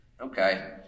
Okay